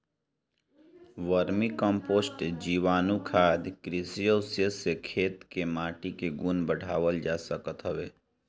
vermi compost, जीवाणुखाद, कृषि अवशेष से खेत कअ माटी के गुण बढ़ावल जा सकत हवे